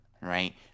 right